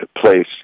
place